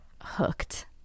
hooked